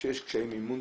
כשיש קשיי מימון,